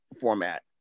format